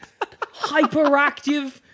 hyperactive